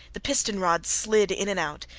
the piston-rods slid in and out.